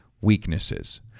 weaknesses